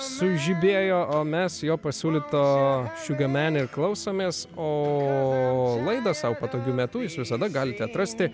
sužibėjo o mes jo pasiūlyto sugar men klausomės o laidą sau patogiu metu jūs visada galite atrasti